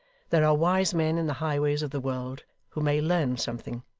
there are wise men in the highways of the world who may learn something,